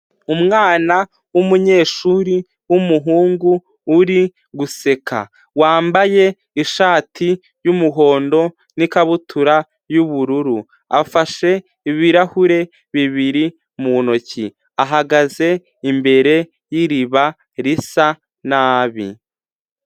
Umwana w'umunyeshuri w'umuhungu, uri guseka. Wambaye ishati y'umuhondo n'ikabutura y'ubururu. Afashe ibirahure bibiri mu ntoki. Shagaze imbere y'iriba risa nabi.